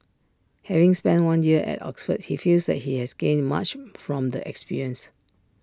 having spent one year at Oxford he feels that he has gained much from the experience